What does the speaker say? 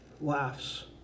laughs